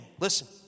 Listen